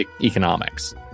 economics